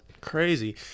Crazy